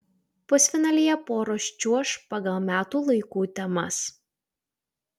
pusfinalyje poros čiuoš pagal metų laikų temas